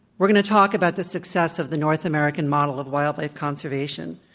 we're going to talk about the success of the north american model of wildlife conservation.